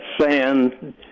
sand